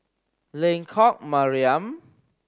Lengkok Mariam